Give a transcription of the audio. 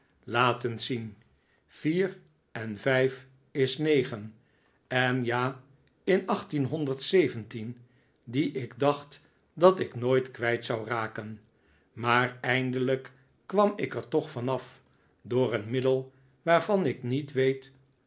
eens zien vier en vijf is negen en ja in achttienhonderd zeventien die ik dacht dat ik nooit kwijt zou raken maar eindelijk kwam ik er toch van af door een middel waarvan ik niet weet